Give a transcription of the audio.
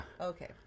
Okay